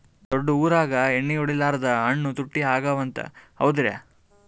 ದೊಡ್ಡ ಊರಾಗ ಎಣ್ಣಿ ಹೊಡಿಲಾರ್ದ ಹಣ್ಣು ತುಟ್ಟಿ ಅಗವ ಅಂತ, ಹೌದ್ರ್ಯಾ?